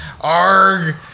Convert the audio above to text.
Arg